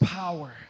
power